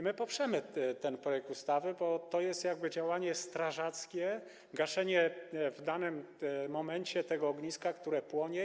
My poprzemy ten projekt ustawy, bo to jest działanie strażackie, gaszenie w danym momencie tego ogniska, które płonie.